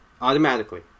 automatically